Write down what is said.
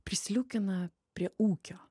prisliūkina prie ūkio